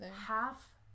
half